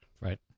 right